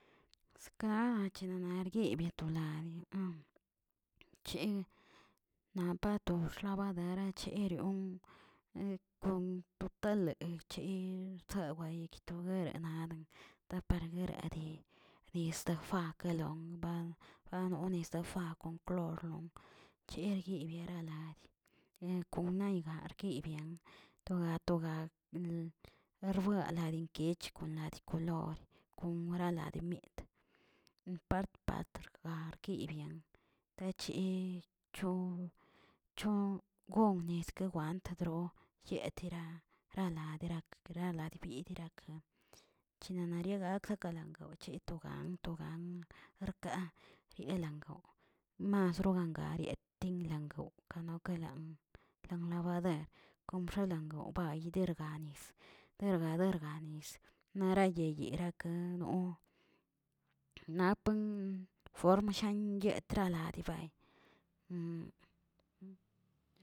Ska achinina nargueꞌbiatolani che napto xlabadara che kon kon totalechee xsa weye guetoranara gapardegarede nisdo fakelong ban anonesde fab kon klorno, cherbierileya konarguikiybian toga toga erbuenlari kich ladikolore konlarimit, part patr garkibian tachi cho chon goniskə want droo yetiraa rala laderak kera labidirika, china nariegak ksakelan wchetogan togan arka rielangoo, mas rogangariaꞌ tinlangawkaꞌ okelan lan lan labader kombxalangaoba yiderg nis derga derga ni marayeyirakə' napen form shanyee traladi bay.